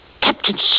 Captain